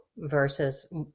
versus